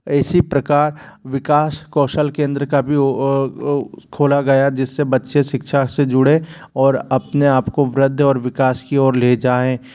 इसी प्रकार विकास कौशल केंद्र का भी खोला गया जिससे बच्चे शिक्षा से जुड़े और अपने आप को वृद्धि और विकास की ओर ले जाए